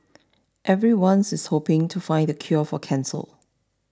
everyone's hoping to find the cure for cancer